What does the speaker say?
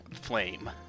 Flame